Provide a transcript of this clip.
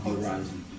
Horizon